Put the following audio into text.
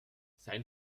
sein